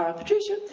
um patricia,